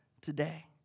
today